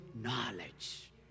knowledge